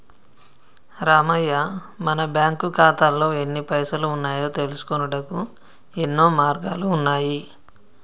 రామయ్య మన బ్యాంకు ఖాతాల్లో ఎన్ని పైసలు ఉన్నాయో తెలుసుకొనుటకు యెన్నో మార్గాలు ఉన్నాయి